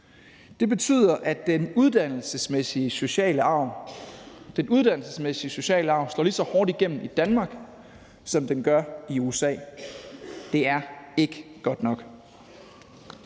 Det betyder, at den uddannelsesmæssige sociale arv slår lige så hårdt igennem i Danmark, som den gør i USA. Det er ikke godt nok.